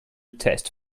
test